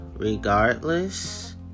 Regardless